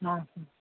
હા હા